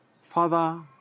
Father